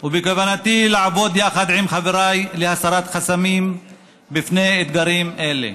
ובכוונתי לעבוד יחד עם חבריי להסרת חסמים בפני אתגרים אלה.